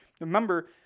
Remember